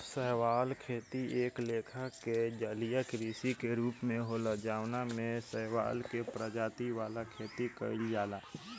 शैवाल खेती एक लेखा के जलीय कृषि के रूप होला जवना में शैवाल के प्रजाति वाला खेती कइल जाला